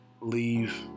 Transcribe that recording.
leave